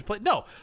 No